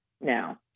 now